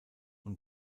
und